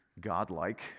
godlike